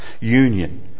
Union